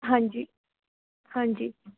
ਹਾਂਜੀ ਹਾਂਜੀ